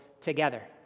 together